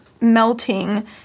melting